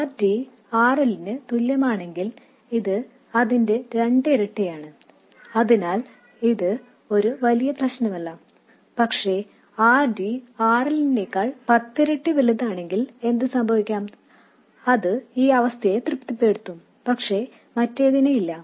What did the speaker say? R D R Lന് തുല്യമാണെങ്കിൽ ഇത് അതിന്റെ രണ്ട് ഇരട്ടിയാണ് അതിനാൽ ഇത് ഒരു വലിയ പ്രശ്നമല്ല പക്ഷേ R D R Lനേക്കാൾ പത്തിരട്ടി വലുതാണെങ്കിൽ എന്ത് സംഭവിക്കാമെന്നാൽ അത് ഈ അവസ്ഥയെ തൃപ്തിപ്പെടുത്തും പക്ഷേ മറ്റേതിനെയില്ല